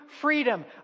freedom